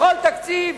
בכל תקציב